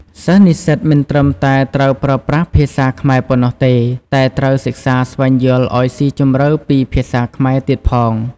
សិស្សនិស្សិតមិនត្រឹមតែត្រូវប្រើប្រាស់ភាសាខ្មែរប៉ុណ្ណោះទេ តែត្រូវ សិក្សាស្វែងយល់ឱ្យស៊ីជម្រៅពីភាសាខ្មែរទៀតផង។